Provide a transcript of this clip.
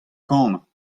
kanañ